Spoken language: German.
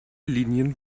linien